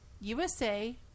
USA